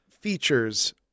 features